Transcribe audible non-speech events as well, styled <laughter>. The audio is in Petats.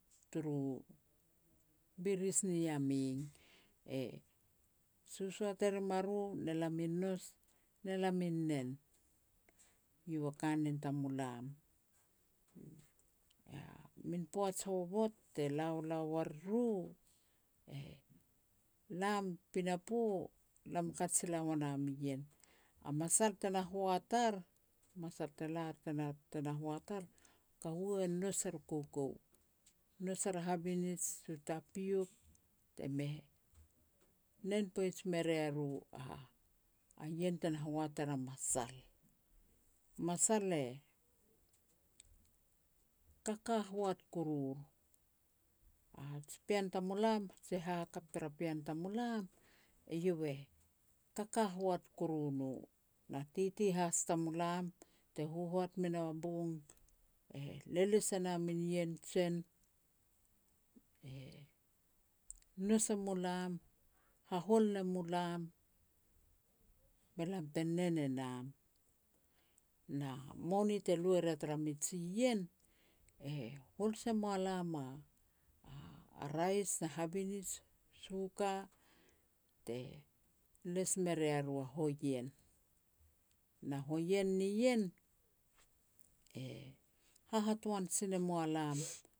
turu biris ni Yameng. E sosoat e rim a ru ne lam i nous ne lam i nen, eiau a kanen tamulam. Min poaj hovot te lala uar riru, <hesitation> lam pinapo lam kaj sila ua nam ien. A masal te na hoat ar, masal te lar tena-tena hoat ar, kaua e nous er u koukou, nous er a habinij, u tapiok, te me nen poaj me ria ru a-a ien te na hoat er a masal. Masal e kakahoat ku rur. A ji pean tamulam, ji hahakap tara pean tamulam, eiau e kakahoat kuru no, na titi has tamulam te hohoat me na bong e leles e na min ien jen, ne nous e mulam, hahol ne mulam, be lam te nen e nam. Na moni te lui eria tara min jiien, e hol se mualam a rais a habinij, suka, te les me ria ru a hoien. Na hoien nien e hahatoan si ne mua lam